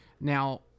Now